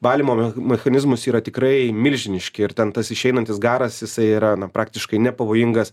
valymo mech mechanizmus yra tikrai milžiniški ir ten tas išeinantis garas jisai yra na praktiškai nepavojingas